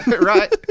Right